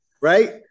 Right